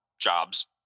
jobs